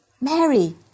Mary